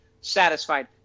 satisfied